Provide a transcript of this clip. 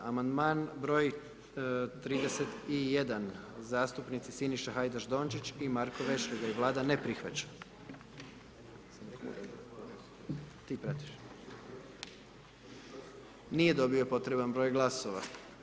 Amandman broj 31. zastupnici Siniša Hajdaš Dončić i Marko Vešligaj, Vlada ne prihvaća [[Upadica: Ti pratiš.]] Nije dobio potreban broj glasova.